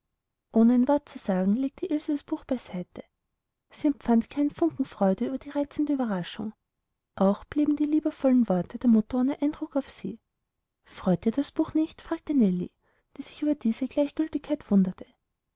ohne ein wort zu sagen legte ilse das buch beiseite sie empfand keinen funken freude über die reizende ueberraschung auch blieben die liebevollen worte der mutter ohne eindruck auf sie freut dir das buch nicht fragte nellie die sich über diese gleichgültigkeit wunderte